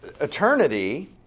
eternity